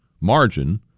margin